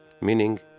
meaning